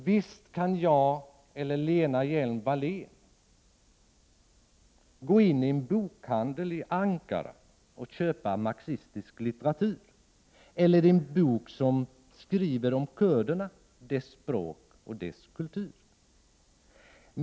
Visst kan jag eller Lena Hjelm-Wallén gå in i en bokhandel i Ankara och köpa marxistisk litteratur eller en bok som handlar om kurderna samt deras språk och kultur.